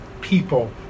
people